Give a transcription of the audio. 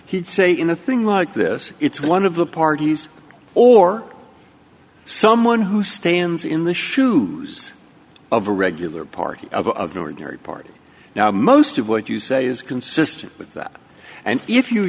he'd say in a thing like this it's one of the parties or someone who stands in the shoes of a regular party of the ordinary party now most of what you say is consistent with that and if you